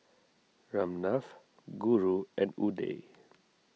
Ramnath Guru and Udai